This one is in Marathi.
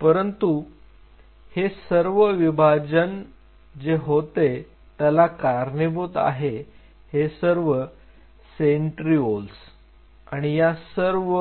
परंतु हे सर्व विभाजन जे होते त्याला कारणीभूत आहे हे सर्व सेंटरिओल्स आणि या सर्व